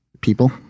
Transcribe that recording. people